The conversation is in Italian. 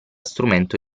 strumento